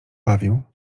bawił